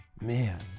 Man